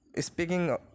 speaking